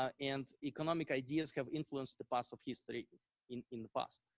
and economic ideas have influenced the past of history in in the past.